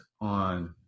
on